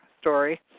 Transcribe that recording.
story